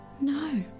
No